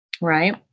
Right